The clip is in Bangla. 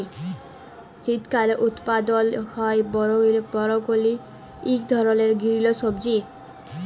শীতকালে উৎপাদল হ্যয় বরকলি ইক ধরলের গিরিল সবজি